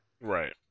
Right